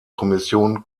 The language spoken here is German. kommission